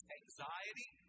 anxiety